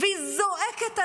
והיא זועקת מליבה.